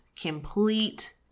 Complete